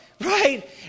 right